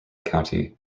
county